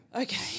Okay